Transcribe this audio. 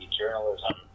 journalism